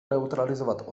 neutralizovat